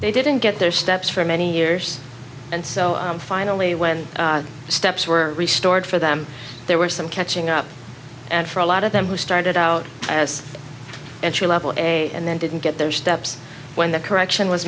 they didn't get their steps for many years and so finally when steps were restored for them there were some catching up and for a lot of them who started out as entry level and then didn't get their steps when the correction was